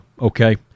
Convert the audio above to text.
okay